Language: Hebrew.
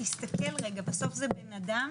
בסוף זה בנאדם